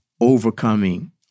overcoming